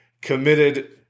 committed